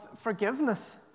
forgiveness